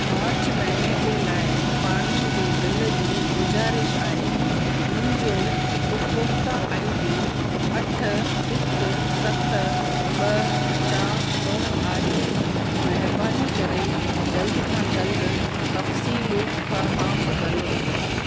मार्च महीने जे लाइ पाणीअ जे बिल जी गुज़ारिश आहे मुंहिंजो उपभोक्ता आई डी अठ हिकु सत ॿ चारि ॿ आहे महिरबानी करे जल्दु खां जल्दु तफ़सीलु फ़रहामु कर्यो